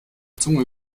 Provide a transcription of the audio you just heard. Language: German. zunge